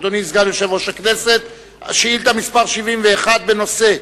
אדוני סגן יושב-ראש הכנסת, שאילתא מס' 71 בנושא: